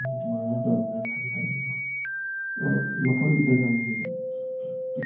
ꯑꯗꯨꯃꯥꯏꯅ ꯇꯧꯔꯒ ꯊꯥꯖꯔꯛꯑꯒꯦ ꯑꯗꯣ ꯑꯗꯣ ꯃꯐꯝꯗꯤ ꯀꯔꯤ ꯂꯝ ꯑꯣꯏꯗꯣꯏꯅꯣ